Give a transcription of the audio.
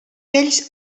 ells